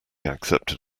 accepted